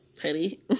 petty